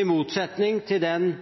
i motsetning til den